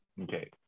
Okay